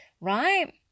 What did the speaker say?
right